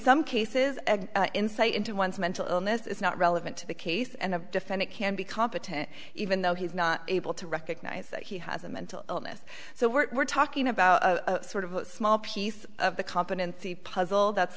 some cases insight into one's mental illness is not relevant to the case and a defendant can be competent even though he's not able to recognize that he has a mental illness so we're talking about a sort of small piece of the competency puzzle that's